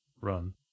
run